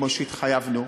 כמו שהתחייבנו.